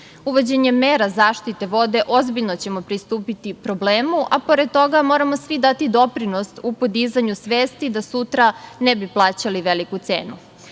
Uvođenjem mera zaštite vode ozbiljno ćemo pristupiti problemu, a pored toga moramo svi dati doprinos u podizanju svesti, da sutra ne bi plaćali veliku